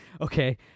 okay